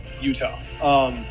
Utah